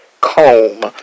comb